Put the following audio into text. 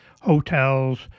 hotels